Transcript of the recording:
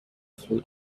flew